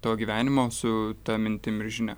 to gyvenimo su ta mintim ir žinia